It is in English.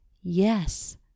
Yes